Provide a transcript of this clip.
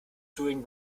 doing